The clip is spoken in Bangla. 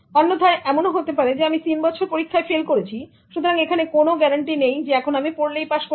অন্যথায় এমনও হতে পারে যে আমি 3 বছর পরীক্ষায় ফেল করেছি সুতরাং এখানে কোনো গ্যারান্টি নেই এখন আমি পড়লে পাস করবো